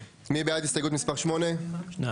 הסתייגות מספר 8. הצבעה בעד,